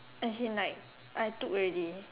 as in like I took already